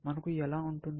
మనకు ఎలా ఉంటుంది